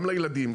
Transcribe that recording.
גם לילדים,